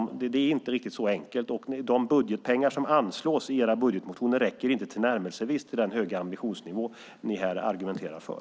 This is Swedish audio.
Det är inte riktigt så enkelt, och de budgetpengar som anslås i er budgetmotion räcker inte på långa vägar till den höga ambitionsnivå ni här argumenterar för.